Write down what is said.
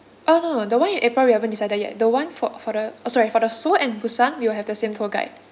oh no the one in april we haven't decided yet the one for for the oh sorry for the seoul and busan you will have the same tour guide